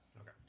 Okay